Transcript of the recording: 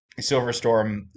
Silverstorm